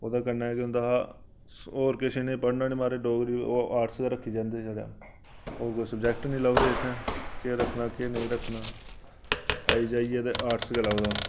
ओह्दे कन्नै केह् होंदा हा होर किश निं पढ़ना माराज डोगरी आर्टस गै रक्खी जंदे हे जैदा होर कोई सब्जैक्ट निं लभदे हे इत्थै केह् रक्खना केह् नेईं रक्खना आई जाइयै ते आर्टस गै लभदा हा